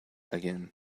again